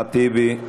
אחמד טיבי,